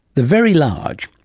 the very large.